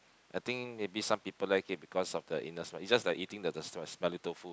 I think maybe some people like it because of the inner side right it's just like eating the the smelly tofu